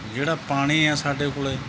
ਜਿਹੜਾ ਪਾਣੀ ਆ ਸਾਡੇ ਕੋਲ